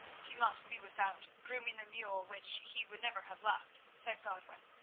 he must be without, grooming the mule which he would never have left, said godwin.